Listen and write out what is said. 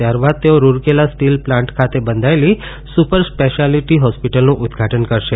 ત્યારબાદ તેઓ Rourkela steel plant ખાતે બંધાયેલી સુપર સ્પેશીયાલીટી હોસ્પીટલનું ઉદઘાટન કરશે